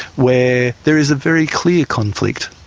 where there is a very clear conflict,